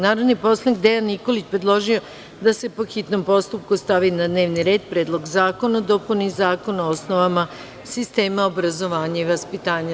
Narodni poslanik Dejan Nikolić predložio je da se, po hitnom postupku, stavi na dnevni red Predlog zakona o dopuni Zakona o osnovama sistema obrazovanja i vaspitanja.